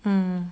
mm